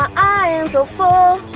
i am so full,